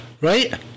right